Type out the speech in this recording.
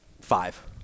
Five